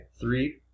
Three